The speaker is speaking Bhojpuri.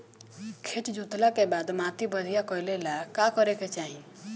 खेत जोतला के बाद माटी बढ़िया कइला ला का करे के चाही?